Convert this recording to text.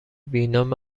بینام